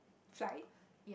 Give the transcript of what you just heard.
flight